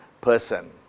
person